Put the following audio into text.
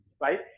right